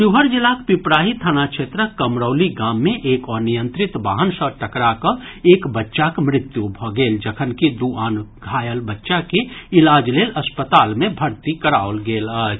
शिवहर जिलाक पिपराही थाना क्षेत्रक कमरौली गाम मे एक अनियंत्रित वाहन सँ टकरा कऽ एक बच्चाक मृत्यु भऽ गेल जखनकि दू आन घायल बच्चा के इलाज लेल अस्पताल मे भर्ती कराओल गेल अछि